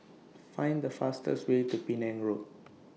Find The fastest Way to Penang Road